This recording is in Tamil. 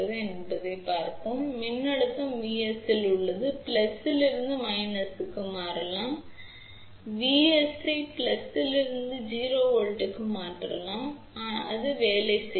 எனவே இங்கே பார்ப்போம் ஒரு மின்னழுத்த Vs உள்ளது இது V இலிருந்து V க்கு மாறலாம் ஆனால் நான் முன்பு குறிப்பிட்டது போல் நீங்கள் Vs ஐ V இலிருந்து 0 வோல்ட்டுக்கு மாற்றலாம் அது இன்னும் வேலை செய்யும்